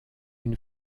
une